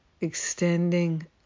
Extending